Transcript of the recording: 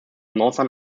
northern